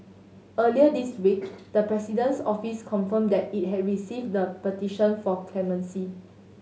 earlier this week the President's Office confirmed that it had received the petition for clemency